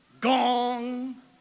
Gong